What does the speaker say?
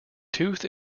tooth